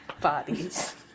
bodies